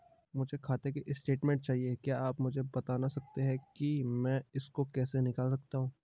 मुझे खाते की स्टेटमेंट चाहिए क्या आप मुझे बताना सकते हैं कि मैं इसको कैसे निकाल सकता हूँ?